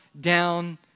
down